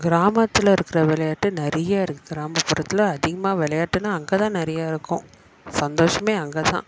கிராமத்தில் இருக்கிற விளையாட்டு நிறைய இருக்குது கிராமப்புறத்தில் அதிகமாக விளையாட்டுன்னா அங்கே தான் நிறையா இருக்கும் சந்தோஷமே அங்கே தான்